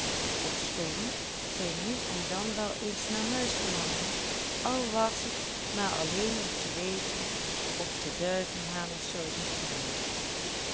ofschoon zij nu en dan wel eens naar huis verlangde al was het maar alleen om te weten of de duiven haar nog zouden kennen